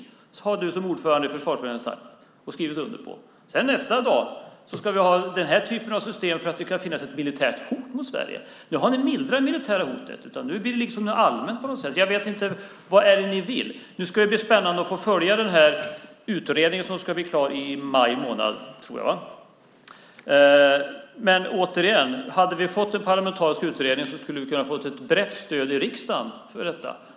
Det har du sagt som ordförande i Försvarsberedningen och skrivit under på. Sedan ska man plötsligt ha den här typen av system för att det kan finnas ett militärt hot mot Sverige. Nu har ni mildrat det militära hotet. Nu blir det liksom ett allmänt hot på något sätt. Vad det är ni vill? Det ska bli spännande att få följa utredningen som ska bli klar nu i maj. Men, återigen, hade vi fått en parlamentarisk utredning skulle det ha kunnat bli ett brett stöd i riksdagen för förslaget.